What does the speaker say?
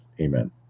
Amen